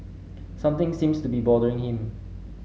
something seems to be bothering him